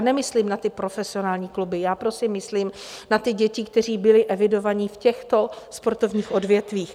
Nemyslím ty profesionální kluby, já prosím myslím na ty děti, které byly evidované v těchto sportovních odvětvích.